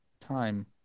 time